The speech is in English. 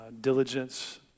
diligence